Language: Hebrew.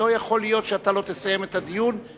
לא יכול שאתה לא תסיים את הדיון,